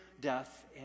death